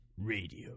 Radio